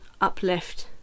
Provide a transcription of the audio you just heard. uplift